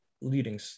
leading